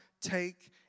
take